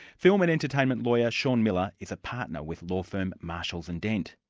film and entertainment lawyer shaun miller is a partner with law firm marshalls and dent.